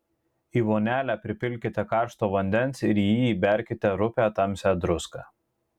į vonelę pripilkite karšto vandens ir į jį įberkite rupią tamsią druską